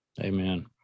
Amen